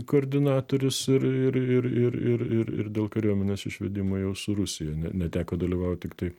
koordinatorius ir ir ir ir ir dėl kariuomenės išvedimo jau su rusija ne neteko dalyvaut tiktai